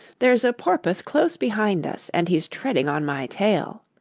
there's a porpoise close behind us, and he's treading on my tail.